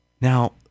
Now